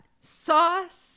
sauce